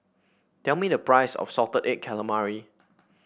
tell me the price of Salted Egg Calamari